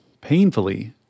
painfully